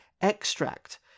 Extract